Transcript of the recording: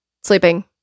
sleeping